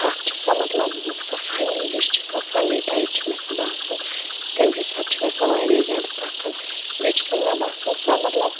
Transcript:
اکھ چھےٚ سۄ مطلب سۄ فٔنی ہِش چھےٚ سۄ فٔنی ٹایِپ چھےٚ مےٚ سۅ باسان تَمہِ حِسابہٕ چھےٚ مےٚ سۄ واریاہ زیادٕ پَسنٛد بیٚیہِ چھِ مےٚ سۄ باسان سۄ مطلب